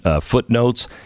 footnotes